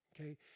Okay